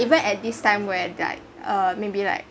event at this time where like uh maybe like